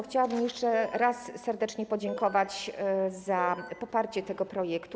Chciałabym jeszcze raz serdecznie podziękować za poparcie tego projektu.